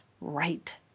right